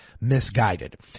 misguided